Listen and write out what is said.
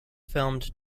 filmed